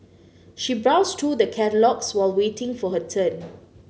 she browsed through the catalogues while waiting for her turn